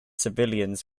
civilians